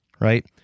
right